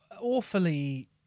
awfully